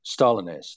Stalinist